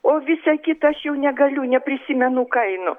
o visa kita aš jau negaliu neprisimenu kainų